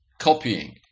copying